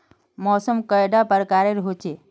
मौसम कैडा प्रकारेर होचे?